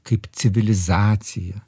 kaip civilizaciją